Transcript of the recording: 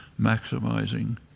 maximizing